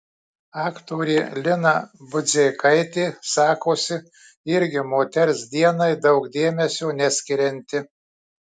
aktorė lina budzeikaitė sakosi irgi moters dienai daug dėmesio neskirianti